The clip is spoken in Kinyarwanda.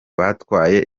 batwaye